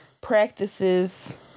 practices